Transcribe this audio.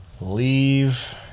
leave